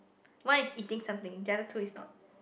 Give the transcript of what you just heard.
one is eating something the other two is not